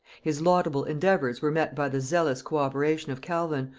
his laudable endeavours were met by the zealous co-operation of calvin,